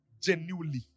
Genuinely